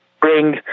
bring